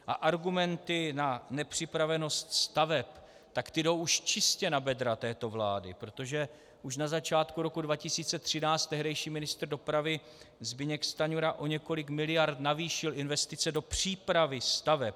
A argumenty na nepřipravenost staveb, tak ty jdou už čistě na bedra této vlády, protože už na začátku roku 2013 tehdejší ministr dopravy Zbyněk Stanjura o několik miliard navýšil investice do přípravy staveb.